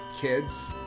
kids